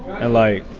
and, like,